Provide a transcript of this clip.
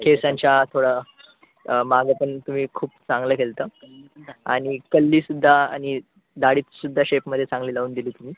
केसांच्या थोडा मागं पण तुम्ही खूप चांगले केलतं आणि कल्लेसुद्धा आणि दाढीत सुद्धा शेपमध्ये चांगली लावून दिली तुम्ही